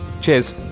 cheers